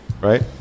right